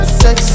sex